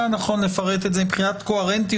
מכיוון שאנחנו רואים עין בעין את העניין אז יש